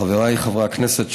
חבריי חברי הכנסת,